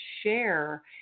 share